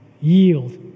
Yield